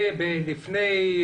לפני,